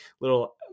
little